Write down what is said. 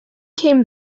came